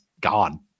gone